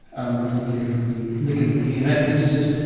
and i'm quoting here from the nicomachean ethics, he says,